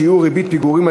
שיעור ריבית פיגורים),